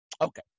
Okay